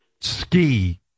ski